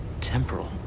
Temporal